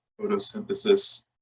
photosynthesis